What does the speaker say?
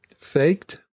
faked